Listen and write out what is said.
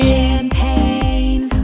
Champagne